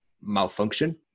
malfunction